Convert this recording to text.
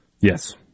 Yes